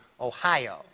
Ohio